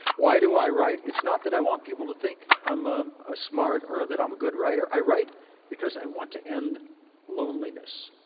why do i write? it's not that i want people to think i'm i'm a smart or that i'm a good writer. i write because i want to end loneliness.